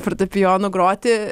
fortepijonu groti